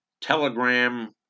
Telegram